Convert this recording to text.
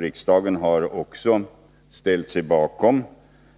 Riksdagen ställde sig också bakom